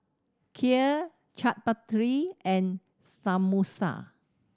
Kheer Chaat Papri and Samosa